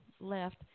left